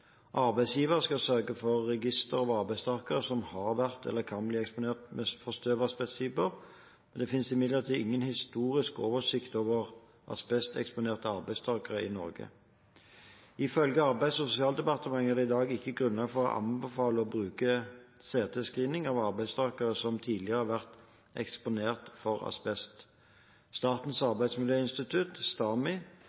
Arbeidsgiver skal sørge for register over arbeidstakere som har vært eller kan bli eksponert for støv med asbestfiber. Det finnes imidlertid ingen historisk oversikt over asbesteksponerte arbeidstakere i Norge. Ifølge Arbeids- og sosialdepartementet er det i dag ikke grunnlag for å anbefale å bruke CT-screening av arbeidstakere som tidligere har vært eksponert for asbest. Statens